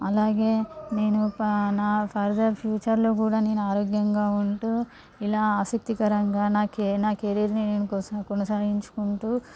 అలాగే నేను పా నా ఫర్దర్ ఫ్యూచర్లో కూడా నేను ఆరోగ్యంగా ఉంటు ఇలా ఆసక్తికరంగా నా కెరీర్ని నేను కొన్ కొనసాగించుకుంటు